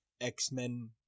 X-Men